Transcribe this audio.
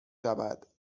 شود